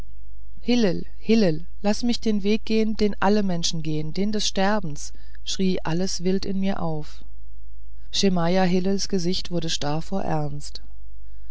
hillel hillel laß mich den weg gehen den alle menschen gehen den des sterbens schrie alles wild in mir auf schemajah hillels gesicht wurde starr vor ernst